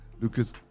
Lucas